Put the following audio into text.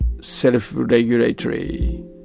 self-regulatory